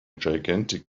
gigantic